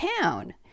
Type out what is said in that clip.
town